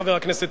חבר הכנסת,